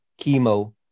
chemo